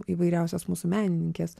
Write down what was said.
įvairiausios mūsų menininkės